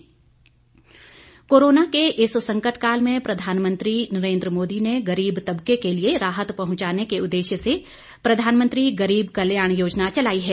Ujjwala Yojana corona के इस संकटकाल में प्रधानमंत्री नरेन्द्र मोदी गरीब तबके के लिए राहत पहुंचाने के उददेश्य से प्रधानमंत्री गरीब कल्याण योजना चलाई है